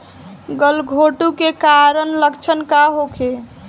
गलघोंटु के कारण लक्षण का होखे?